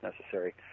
necessary